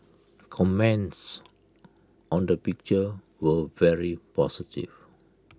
comments on the picture were very positive